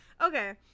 Okay